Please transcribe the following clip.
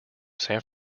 san